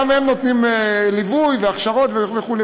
גם הם נותנים ליווי, הכשרות וכו'.